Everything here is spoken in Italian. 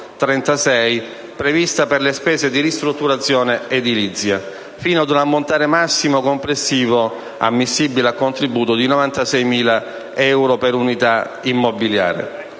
prevista per le spese di ristrutturazione edilizia, fino ad un ammontare massimo complessivo ammissibile a contributo di 96.000 euro per unità immobiliare.